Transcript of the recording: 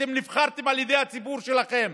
אתם נבחרתם על ידי הציבור שלכם,